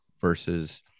Versus